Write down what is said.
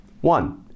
One